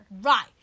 Right